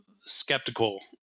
skeptical